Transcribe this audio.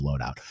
loadout